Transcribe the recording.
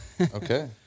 Okay